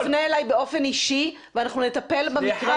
אם אתה תרצה תפנה אליי באופן אישי ואנחנו נטפל במקרה שלך באופן אישי.